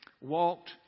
walked